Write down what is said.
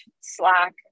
slack